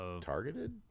Targeted